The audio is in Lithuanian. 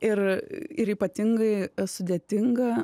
ir ir ypatingai sudėtinga